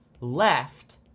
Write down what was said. left